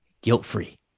guilt-free